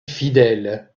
fidèle